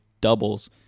doubles